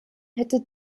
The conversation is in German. hätte